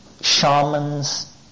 shamans